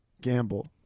gamble